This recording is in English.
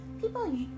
People